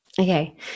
Okay